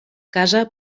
casa